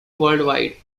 worldwide